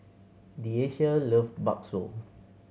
Deasia love bakso